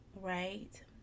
right